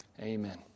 Amen